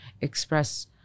express